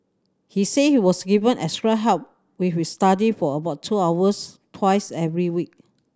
he said he was given extra help with his study for about two hours twice every week